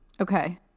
Okay